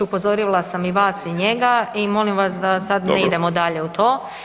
Upozorila sam i vas i njega i molim vas da sada ne idemo dalje u [[Upadica Bulj: Dobro.]] to.